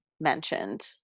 mentioned